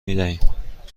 میدهیم